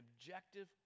objective